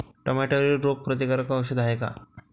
टमाट्यावरील रोग प्रतीकारक औषध हाये का?